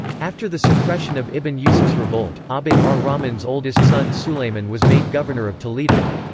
after the suppression of ibn yusuf's revolt, abd ah ar-rahman's oldest son sulayman was made governor of toledo.